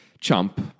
Chump